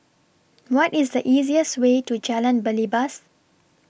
What IS The easiest Way to Jalan Belibas